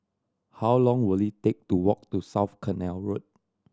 how long will it take to walk to South Canal Road